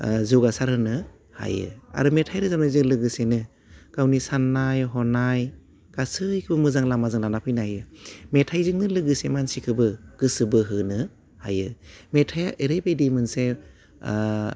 ओह जौगासार होनो हायो आरो मेथाइ रोजाबनायजों लोगोसेनो गावनि साननाय हनाय गासैखौबो मोजां लामाजों लाना फैनो हायो मेथाइजोंनो लोगोसे मानसिखौबो गोसो बोहोनो हायो मेथाइआ एरैबायदि मोनसे ओह